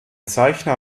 zeichner